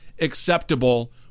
acceptable